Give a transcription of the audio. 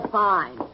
fine